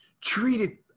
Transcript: treated